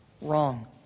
wrong